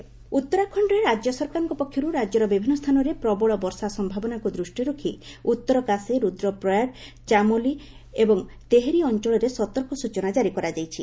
Uttarakhand weather ଉତ୍ତରାଖଣ୍ଡରେ ରାଜ୍ୟ ସରକାରଙ୍କ ପକ୍ଷରୁ ରାଜ୍ୟର ବିଭିନ୍ନ ସ୍ଥାନରେ ପ୍ରବଳ ବର୍ଷା ସମ୍ଭାବନାକୁ ଦୃଷ୍ଟିରେ ରଖି ଉତ୍ତରକାଶୀ ରୁଦ୍ରପ୍ରୟାଗ ଚାମୋଲି ଏବଂ ତେହେରି ଅଞ୍ଚଳରେ ସତର୍କ ସ୍ୱଚନା ଜାରି କରାଯାଇଛି